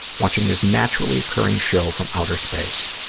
watching this naturally occurring show from outer space.